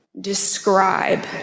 describe